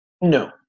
no